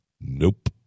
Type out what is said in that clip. Nope